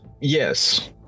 Yes